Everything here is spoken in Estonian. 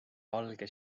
valge